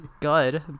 good